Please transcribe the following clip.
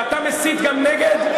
ואתה מסית גם נגד,